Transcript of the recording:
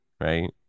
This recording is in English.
right